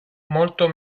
molto